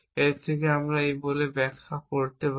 এর থেকে আমরা এই বলে ব্যাখ্যা করতে পারি